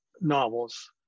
novels